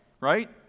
right